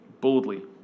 boldly